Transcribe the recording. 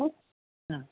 હો હા